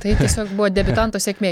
tai tiesiog buvo debiutanto sėkmė